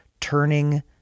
Turning